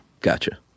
gotcha